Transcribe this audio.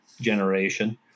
generation